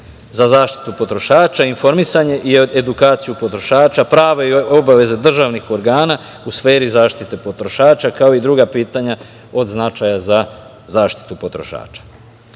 za zaštitu potrošača, informisanje i edukaciju potrošača, prava i obaveze državnih organ u sferi zaštite potrošača, kao i druga pitanja od značaja za zaštitu potrošača. Osnovna